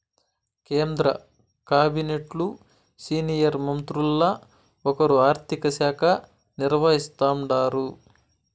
కేంద్ర కాబినెట్లు సీనియర్ మంత్రుల్ల ఒకరు ఆర్థిక శాఖ నిర్వహిస్తాండారు